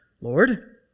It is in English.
Lord